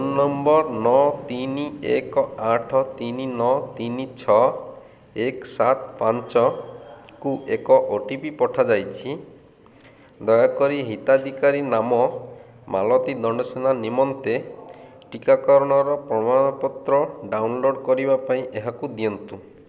phone number ନଅ ତିନି ଏକ ଆଠ ତିନି ନଅ ତିନି ଛଅ ଏକ ସାତ ପାଞ୍ଚକୁ ଏକ ଓ ଟି ପି ପଠାଯାଇଛି ଦୟାକରି ହିତାଧିକାରୀ ନାମ ମାଳତୀ ଦଣ୍ଡସେନା ନିମନ୍ତେ ଟିକାକରଣର ପ୍ରମାଣପତ୍ର ଡାଉନଲୋଡ଼୍ କରିବା ପାଇଁ ଏହାକୁ ଦିଅନ୍ତୁ